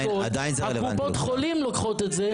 --- קופות החולים לוקחות את זה,